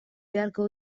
beharko